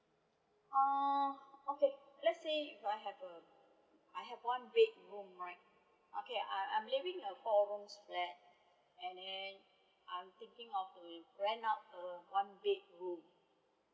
uh okay let's say if I have a I have one bedroom right okay I I'm living a four rooms flat and then I'm thinking of to rent out uh one bedroom